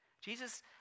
Jesus